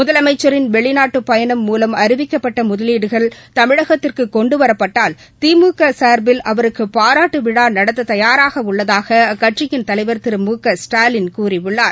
முதலமைச்சின் வெளிநாட்டு பயணம் மூலம் அறிவிக்கப்பட்ட முதலீடுகள் தமிழகத்திற்கு கொண்டுவரப்பட்டால் திமுக சார்பில் அவருக்கு பாராட்டுவிழா நடத்த தயாராக உள்ளதாக அக்கட்சியின் தலைவர் திரு மு க ஸ்டாலின் கூறியுள்ளார்